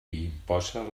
imposa